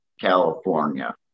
California